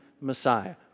Messiah